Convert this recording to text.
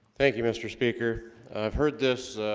thank you mr. speaker i've heard this